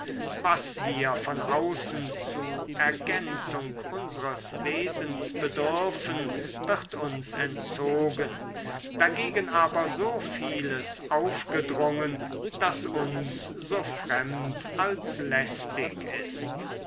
was wir von außen zu ergänzung unsres wesens bedürfen wird uns entzogen dagegen aber so vieles aufgedrungen das uns so fremd als lästig ist